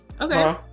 Okay